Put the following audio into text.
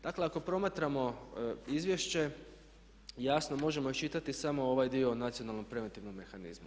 Dakle, ako promatramo izvješće jasno možemo iščitati samo ovaj dio o nacionalnom preventivnom mehanizmu.